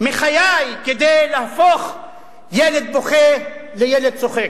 מחיי כדי להפוך ילד בוכה לילד צוחק.